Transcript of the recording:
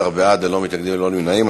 11 בעד, ללא מתנגדים, ללא נמנעים.